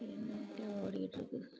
என்ன இப்படியே ஓட்டிகிட்டுருக்குது